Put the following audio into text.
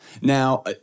Now